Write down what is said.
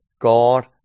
God